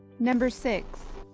number six.